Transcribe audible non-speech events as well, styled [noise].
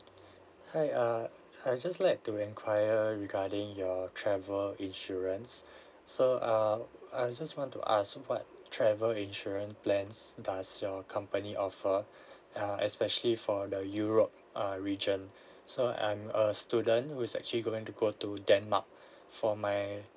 hi uh I just like to enquire regarding your travel insurance so err I just want to ask what travel insurance plans does your company offer [breath] uh especially for the europe uh region so I'm a student who is actually going to go to denmark for my